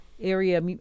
area